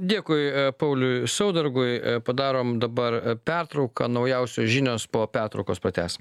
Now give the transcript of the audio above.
dėkui pauliui saudargui padarom dabar pertrauką naujausios žinios po pertraukos pratęsim